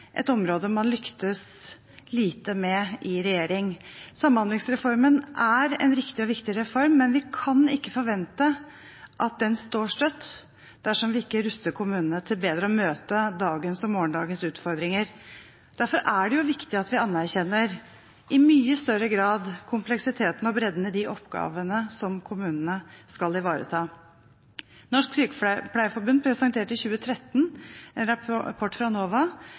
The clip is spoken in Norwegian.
et område man lyktes dårlig med i regjering. Samhandlingsreformen er en riktig og viktig reform, men vi kan ikke forvente at den står støtt dersom vi ikke ruster kommunene til bedre å møte dagens og morgendagens utfordringer. Derfor er det viktig at vi anerkjenner, i mye større grad, kompleksiteten og bredden i de oppgavene som kommunene skal ivareta. Norsk Sykepleierforbund presenterte i 2013 en rapport fra NOVA,